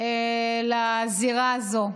לזירה הזאת.